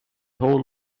whole